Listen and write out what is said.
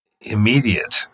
immediate